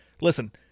listen –